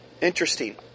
interesting